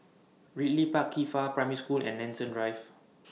Ridley Park Qifa Primary School and Nanson Drive